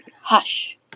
hush